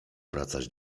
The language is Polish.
wracać